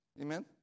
Amen